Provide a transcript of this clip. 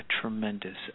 tremendous